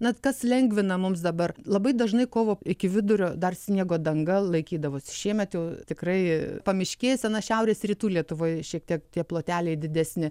na kas lengvina mums dabar labai dažnai kovo iki vidurio dar sniego danga laikydavosi šiemet jau tikrai pamiškėse nuo šiaurės rytų lietuvoje šiek tiek tie ploteliai didesni